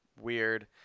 weird